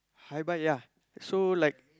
hi bye ya so like